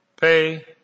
pay